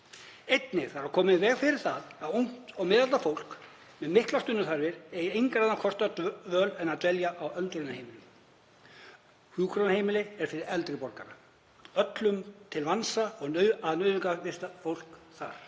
Einnig þarf að koma í veg fyrir að ungt og miðaldra fólk með miklar stuðningsþarfir eigi engra annarra kosta völ en að dvelja á öldrunarheimilum. Hjúkrunarheimili er fyrir eldri borgara og öllum til vansa að nauðungarvista fólk þar.